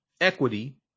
equity